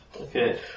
Okay